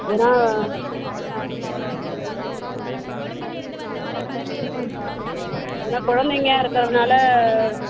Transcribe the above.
ஏன்னா ஏன்னா குழந்தைங்க இருக்கிறதுனால